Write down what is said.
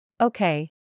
Okay